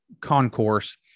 concourse